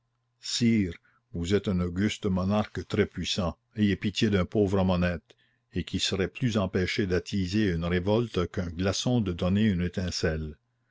sire vous êtes un auguste monarque très puissant ayez pitié d'un pauvre homme honnête et qui serait plus empêché d'attiser une révolte qu'un glaçon de donner une étincelle